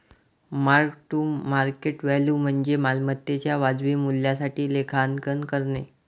mark to market value म्हणजे मालमत्तेच्या वाजवी मूल्यासाठी लेखांकन करणे